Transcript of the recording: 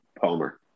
Palmer